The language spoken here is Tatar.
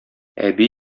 әби